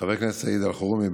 חבר הכנסת סעיד אלחרומי,